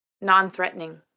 non-threatening